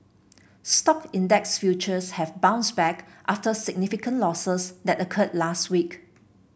stock index futures have bounced back after significant losses that occurred last week